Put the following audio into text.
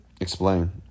explain